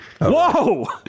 whoa